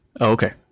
okay